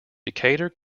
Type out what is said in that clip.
decatur